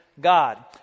God